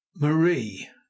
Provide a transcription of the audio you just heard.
Marie